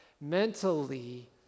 mentally